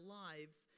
lives